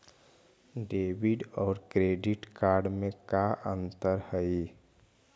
Debit और credit card में का अंतर हइ?